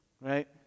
Right